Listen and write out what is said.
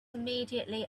immediately